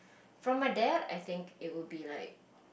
from my dad I think it would be like